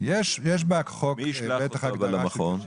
מי ישלח אותו למכון?